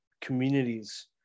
communities